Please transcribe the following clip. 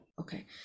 Okay